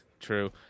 True